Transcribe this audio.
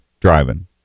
driving